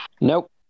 Nope